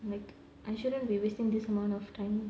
like I shouldn't be wasting this amount of time